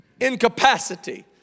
incapacity